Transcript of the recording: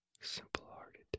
simple-hearted